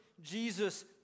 Jesus